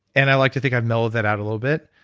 and i like to think i mellowed that out a little bit.